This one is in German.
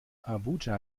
abuja